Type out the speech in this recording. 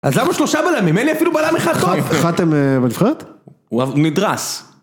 אז למה שלושה בלמים? אין לי אפילו בלם אחד טוב. חאתם בנבחרת? הוא נדרס.